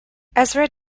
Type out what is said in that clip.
ezra